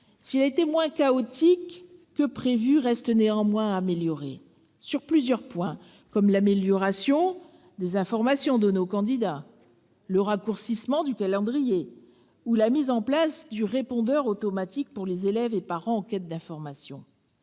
s'il a été moins chaotique que prévu, reste à améliorer sur plusieurs points. Je pense à l'amélioration des informations données aux candidats, au raccourcissement du calendrier, ou encore à la mise en place d'un répondeur automatique pour les élèves et parents en quête d'informations.